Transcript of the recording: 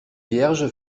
vierge